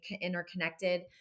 interconnected